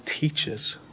teaches